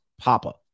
Papa